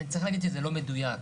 צריך להגיד שזה לא מדויק.